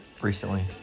recently